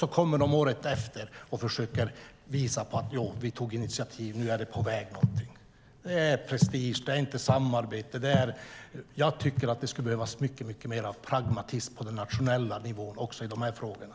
Sedan kommer de året efter och försöker visa på att man tog initiativ. Nu är någonting på väg. Det är prestige. Det är inte samarbete. Jag tycker att det skulle behövas mycket mer pragmatism på den nationella nivån också i de här frågorna.